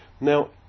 Now